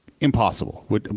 impossible